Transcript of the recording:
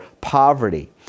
poverty